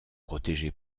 protégé